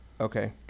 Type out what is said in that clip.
Okay